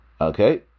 Okay